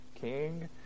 King